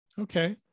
Okay